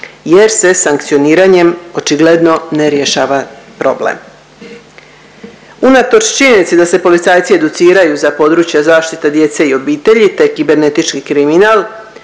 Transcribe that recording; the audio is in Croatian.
jer se sankcioniranjem očigledno ne rješava problem. Unatoč činjenici da se policajci educiraju za područje zaštite djece i obitelji te kibernetički kriminal,